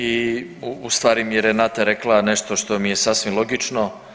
I u stvari mi je Renata rekla nešto što mi je sasvim logično.